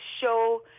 show